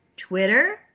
Twitter